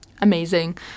amazing